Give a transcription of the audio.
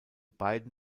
beiden